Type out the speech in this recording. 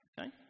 Okay